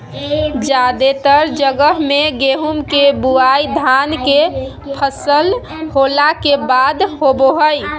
जादेतर जगह मे गेहूं के बुआई धान के फसल होला के बाद होवो हय